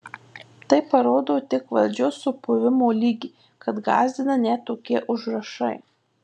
tai parodo tik valdžios supuvimo lygį kad gąsdina net tokie užrašai